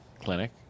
Clinic